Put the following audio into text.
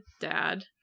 Dad